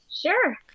sure